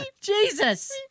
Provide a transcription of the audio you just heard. Jesus